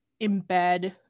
embed